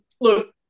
Look